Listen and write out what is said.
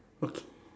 okay